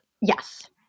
Yes